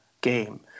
game